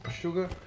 Sugar